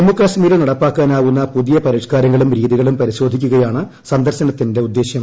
ജമ്മു കശ്മീരിൽ നടപ്പാക്കാനാവുന്ന പുതിയ പരിഷ്ക്കാരങ്ങളും രീതികളും പരിശോധിക്കുകയാണ് സന്ദർശനത്തിന്റെ ഉദ്ദേശം